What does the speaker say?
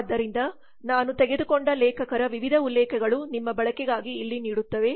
ಆದ್ದರಿಂದ ನಾನು ತೆಗೆದುಕೊಂಡ ಲೇಖಕರ ವಿವಿಧ ಉಲ್ಲೇಖಗಳು ನಿಮ್ಮ ಬಳಕೆಗಾಗಿ ಇಲ್ಲಿ ನೀಡುತ್ತವೆ